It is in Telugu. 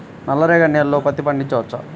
నల్ల రేగడి నేలలో పత్తి పండించవచ్చా?